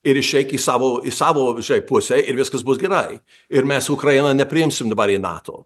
ir išeik į savo į savo visai žai ir viskas bus gerai ir mes ukrainą nepriimsim dabar į nato